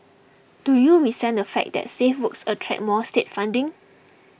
do you resent the fact that safe works attract more state funding